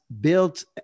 built